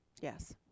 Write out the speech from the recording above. Yes